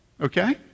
Okay